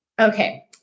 Okay